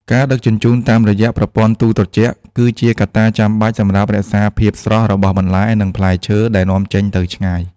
ការដឹកជញ្ជូនតាមរយៈប្រព័ន្ធទូត្រជាក់ គឺជាកត្តាចាំបាច់សម្រាប់រក្សាភាពស្រស់របស់បន្លែ និងផ្លែឈើដែលនាំចេញទៅឆ្ងាយ។